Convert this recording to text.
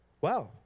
Wow